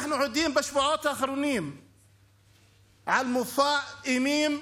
אנחנו עדים בשבועות האחרונים למופע אימים